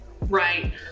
Right